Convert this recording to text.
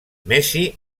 messi